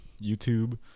YouTube